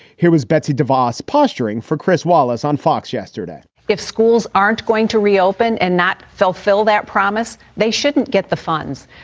here was betsy davos posturing for chris wallace on fox yesterday if schools aren't going to reopen and not fulfill that promise, they shouldn't get the funds,